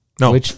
No